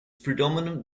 predominant